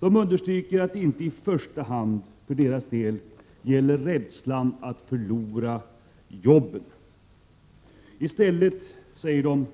De understryker att oron i första hand inte gäller rädslan för att förlora jobben, utan i stället är